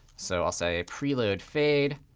so i'll say preload fade.